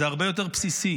זה הרבה יותר בסיסי,